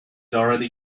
already